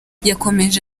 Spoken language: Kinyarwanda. yakomeje